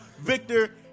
victor